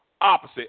opposite